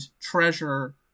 treasure